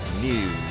News